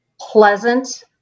pleasant